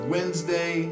Wednesday